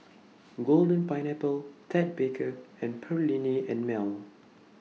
Golden Pineapple Ted Baker and Perllini and Mel